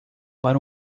para